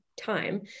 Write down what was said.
time